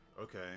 Okay